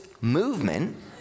movement